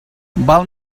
val